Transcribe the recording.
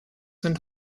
sind